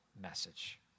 message